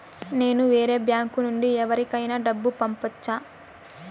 నేను వేరే బ్యాంకు నుండి ఎవరికైనా డబ్బు పంపొచ్చా?